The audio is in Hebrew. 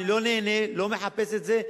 אני לא נהנה ואני לא מחפש את זה,